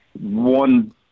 one